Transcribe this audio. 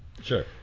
Sure